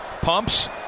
Pumps